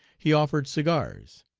he offered cigars.